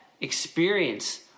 experience